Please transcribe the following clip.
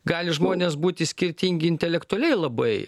gali žmones būti skirtingi intelektualiai labai